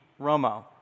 Romo